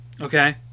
Okay